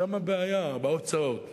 שם הבעיה, בהוצאות.